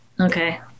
okay